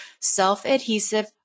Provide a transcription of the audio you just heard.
self-adhesive